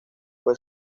fue